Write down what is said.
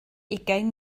ugain